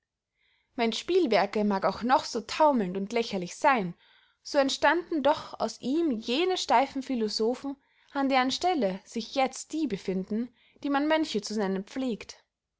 mein spielwerke mag auch noch so taumelnd und lächerlich seyn so entstanden doch aus ihm jene steifen philosophen an deren stelle sich jetzt die befinden die man mönche zu nennen pflegt